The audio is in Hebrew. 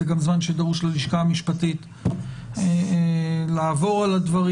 זה גם זמן שדרוש ללשכה המשפטית לעבור על הדברים.